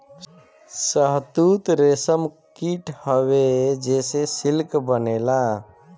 शहतूत रेशम कीट हवे जेसे सिल्क बनेला